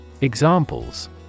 Examples